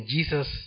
Jesus